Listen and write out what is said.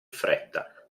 fretta